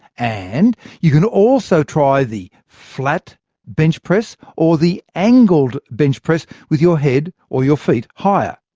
and you can also try the flat bench press, or the angled bench press with your head or your feet higher.